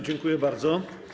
Dziękuję bardzo.